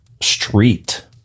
street